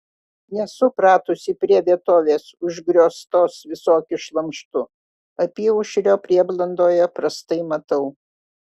nesu pratusi prie vietovės užgrioztos visokiu šlamštu apyaušrio prieblandoje prastai matau